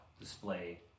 display